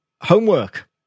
homework